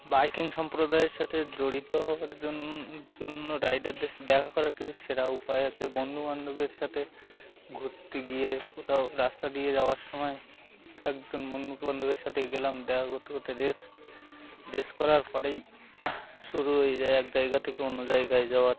biking সম্প্রদায়ের সাথে জড়িত হওয়ার জন্য জন্য রাইডারদের দেখা করার কিছু সেরা উপায় আছে বন্ধু বান্ধবের সাথে ঘুরতে গিয়ে কোথাও রাস্তা দিয়ে যাওয়ার সময় একজন বন্ধু বান্ধবের সাথে গেলাম দেখা করতে করতে রেস রেস করার পরেই শুরু হয়ে যায় এক জায়গা থেকে অন্য জায়গায় যাওয়ার